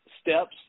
steps